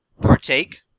partake